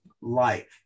life